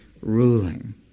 ruling